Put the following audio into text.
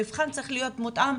המבחן צריך להיות מותאם.